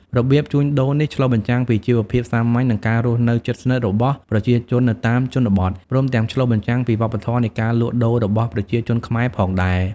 របៀបជួញដូរនេះឆ្លុះបញ្ចាំងពីជីវភាពសាមញ្ញ និងការរស់នៅជិតស្និទ្ធរបស់ប្រជាជននៅតាមជនបទ ព្រមទាំងឆ្លុះបញ្ចាំងពីវប្បធម៏នៃការលក់ដូររបស់ប្រជាជនខ្មែរផងដែរ។